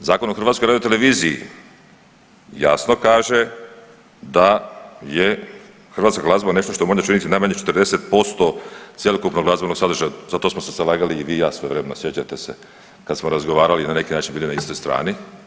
5. Zakon o HRT-u jasno kaže da je hrvatska glazba nešto što mora činiti najmanje 40% cjelokupnog glazbenog sadržaja za to smo se zalagali i vi i ja svojevremeno, sjećate se kad smo razgovarali i na neki način bili na istoj strani.